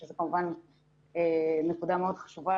שזו כמובן נקודה מאוד חשובה